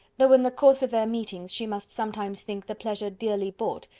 though in the course of their meetings she must sometimes think the pleasure dearly bought,